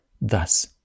Thus